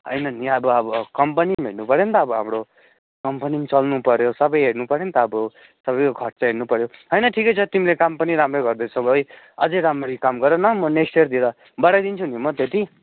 होइन नि अब अब कम्पनी पनि हेर्नुपर्यो नि त अब हाम्रो कम्पनी पनि चल्नुपर्यो सबै हेर्नुपर्यो नि त अब सबैको खर्च हेर्नुपर्यो होइन ठिकै छ तिमीले काम पनि राम्रो गर्दैछौ है अझै राम्ररी काम गर न म नेक्स्ट इयरतिर बढाइदिन्छु नि म त्यति